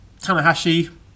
Tanahashi